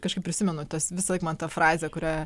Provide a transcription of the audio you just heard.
kažkaip prisimenu tas visąlaik man ta frazė kurią